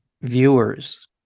viewers